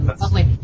lovely